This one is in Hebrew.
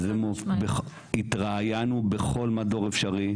וזה, התראיינו בכל מדור אפשרי.